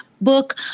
book